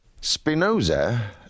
Spinoza